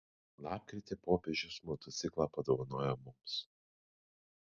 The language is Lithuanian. lapkritį popiežius motociklą padovanojo mums